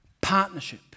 partnership